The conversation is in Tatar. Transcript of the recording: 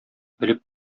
элек